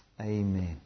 Amen